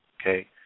Okay